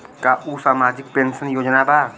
का उ सामाजिक पेंशन योजना बा?